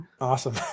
Awesome